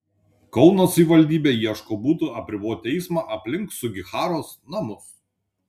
kauno savivaldybė ieško būdų apriboti eismą aplink sugiharos namus